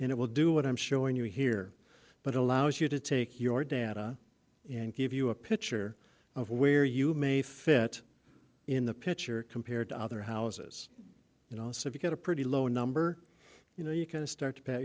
and it will do what i'm showing you here but it allows you to take your data and give you a picture of where you may fit in the picture compared to other houses and also if you get a pretty low number you know you can start to pat